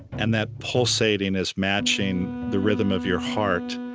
and that pulsating is matching the rhythm of your heart.